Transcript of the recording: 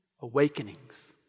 Awakenings